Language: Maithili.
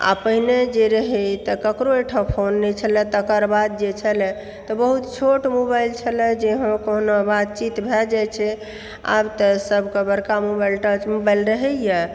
आ पहिने जे रहै तऽ केकरो ओहिठाम फोन नहि छलए तकर बाद जे छलए तऽ बहुत छोट मोबाइल छलए जे हँ कहुना बातचीत भए जाइ छै आब तऽ सबके बड़का मोबाइल टच मोबाइल रहै यऽ